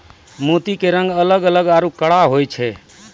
मोती के रंग अलग अलग आरो कड़ा होय छै